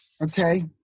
Okay